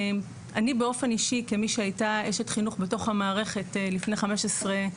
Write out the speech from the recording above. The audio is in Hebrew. באופן אישי כמי שהייתה אשת חינוך במערכת לפני כ-15 שנים,